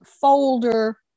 folder